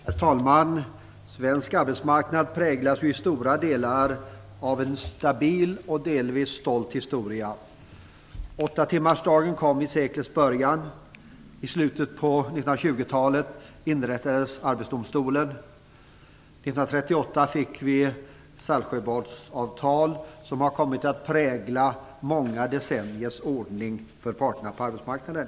Herr talman! Svensk arbetsmarknad präglas i stora delar av en stabil och delvis stolt historia. Åttatimmarsdagen kom i seklets början. I slutet av 20-talet inrättades Arbetsdomstolen. År 1938 fick vi det Saltsjöbadsavtal som har kommit att prägla flera decenniers ordning för parterna på arbetsmarknaden.